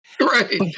Right